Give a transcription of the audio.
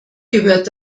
gehört